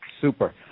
Super